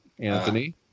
Anthony